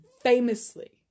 famously